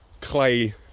clay